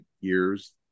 years